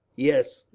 yes,